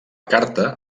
carta